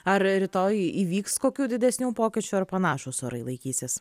ar rytoj įvyks kokių didesnių pokyčių ar panašūs orai laikysis